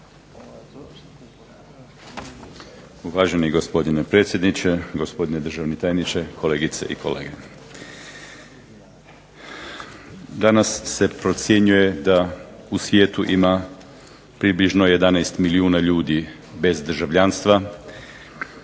Uvaženi gospodine predsjedniče, gospodine državni tajniče, kolegice i kolege. Danas se procjenjuje da u svijetu ima približno 11 milijuna ljudi bez državljanstva.